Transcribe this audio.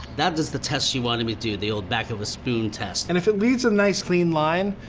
that is the test she wanted me to do, the old back of a spoon test. and if it leaves a nice clean line,